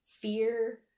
fear